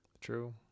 True